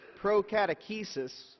pro-catechesis